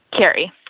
Carrie